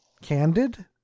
candid